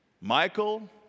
Michael